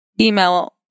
email